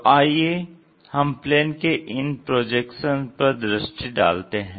तो आइए हम प्लेन के इन प्रोजेक्शन पर दृष्टि डालते हैं